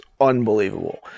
unbelievable